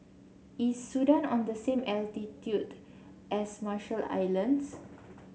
is Sudan on the same latitude as Marshall Islands